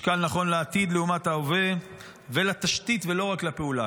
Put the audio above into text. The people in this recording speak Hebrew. משקל נכון לעתיד לעומת ההווה ולתשתית ולא רק לפעולה.